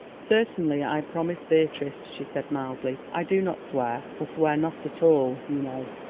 certainly i promise, beatrice, she said mildly. i do not swear, for swear not at all you know.